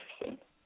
interesting